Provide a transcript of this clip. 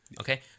Okay